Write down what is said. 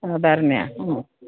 സാധാരണയോ ഉം